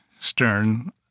Stern